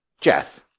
Jeff